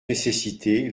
nécessité